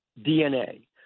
DNA